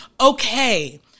okay